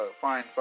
fine